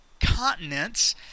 continents